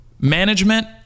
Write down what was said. management